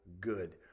good